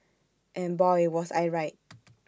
and boy was I right